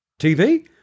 TV